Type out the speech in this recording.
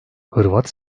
hırvat